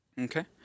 Okay